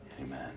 Amen